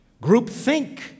Groupthink